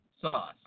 sauce